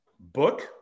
Book